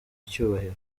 icyubahiro